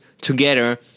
together